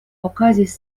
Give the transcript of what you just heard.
okazis